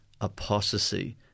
Apostasy